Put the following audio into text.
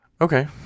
Okay